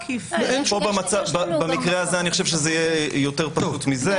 פה במקרה הזה, אני חושב שזה יהיה יותר פשוט מזה.